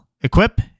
Equip